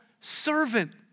servant